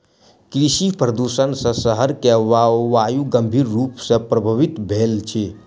कृषि प्रदुषण सॅ शहर के वायु गंभीर रूप सॅ प्रभवित भेल अछि